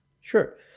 Sure